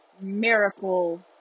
miracle